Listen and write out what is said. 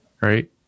right